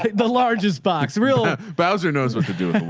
the largest box, real ah bowzer knows what to do